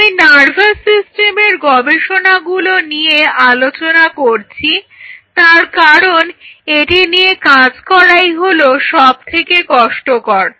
আমি নার্ভাস সিস্টেমের গবেষণাগুলো নিয়ে আলোচনা করছি তার কারণ এটি নিয়ে কাজ করাই হলো সবথেকে কষ্টকর